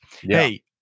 Hey